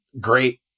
great